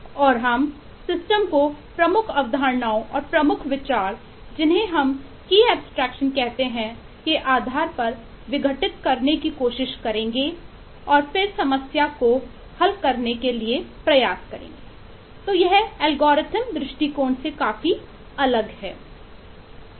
और हम सिस्टम को प्रमुख अवधारणाओं और प्रमुख विचार जिन्हें हम की एब्स्ट्रेक्शन दृष्टिकोण से काफी अलग है